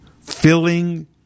filling